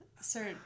Sir